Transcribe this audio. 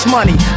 Money